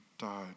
died